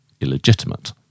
illegitimate